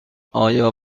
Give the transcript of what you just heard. آیا